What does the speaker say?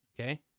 okay